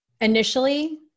initially